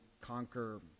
conquer